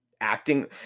acting